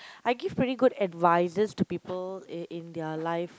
I give pretty good advices to people in in their life